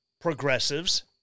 progressives